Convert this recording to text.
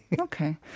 Okay